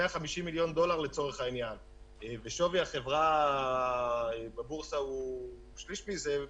מיליון דולר לצורך העניין ושווי החברה בבורסה הוא שליש מזה,